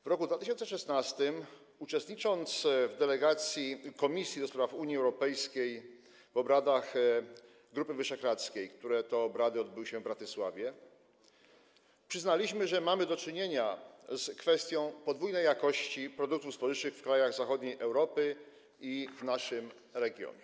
W roku 2016, uczestnicząc w delegacji Komisji do Spraw Unii Europejskiej w obradach Grupy Wyszehradzkiej, które odbyły się w Bratysławie, przyznaliśmy, że mamy do czynienia z kwestią podwójnej jakości produktów spożywczych w krajach Europy Zachodniej i naszym regionie.